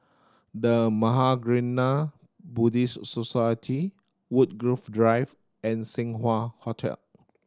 The Mahaprajna Buddhist Society Woodgrove Drive and Seng Wah Hotel